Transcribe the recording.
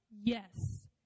Yes